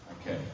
Okay